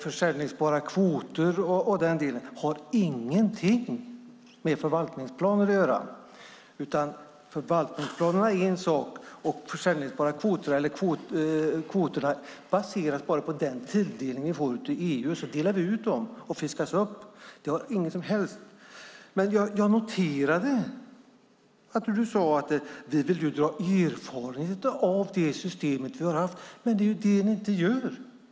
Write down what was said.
Försäljningsbara kvoter och den delen har ingenting med förvaltningsplaner att göra. Förvaltningsplanerna är en sak. Kvoterna baseras på den tilldelning vi får av EU, och sedan delar vi ut dem och de fiskas upp. Jag noterade att du sade att vi vill dra erfarenhet av det system som vi har haft. Men det är det ni inte gör.